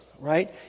Right